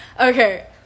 okay